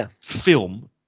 film